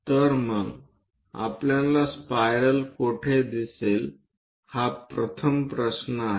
तर मग आपल्याला स्पायरल कोठे दिसेल हा प्रथम प्रश्न आहे